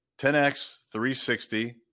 10X360